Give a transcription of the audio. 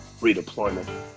Redeployment